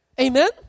Amen